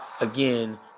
again